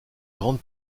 grande